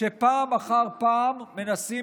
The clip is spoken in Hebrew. שפעם אחר פעם מנסים,